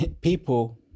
people